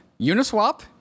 Uniswap